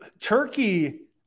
Turkey